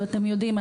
אתם יודעים,